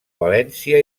valència